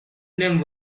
name